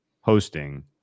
hosting